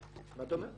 אני דווקא